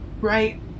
right